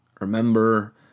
Remember